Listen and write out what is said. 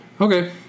Okay